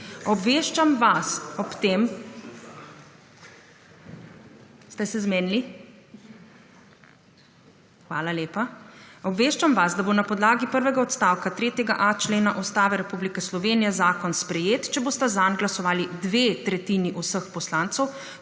Obveščam vas ob tem … Ste se zmenili? Hvala lepa. Obveščam vas, da bo na podlagi prvega odstavka 3.a člena Ustave Republike Slovenije zakon sprejet, če bosta zanj glasovali dve tretjini vseh poslancev,